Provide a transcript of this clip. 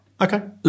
Okay